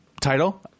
title